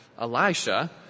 Elijah